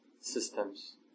systems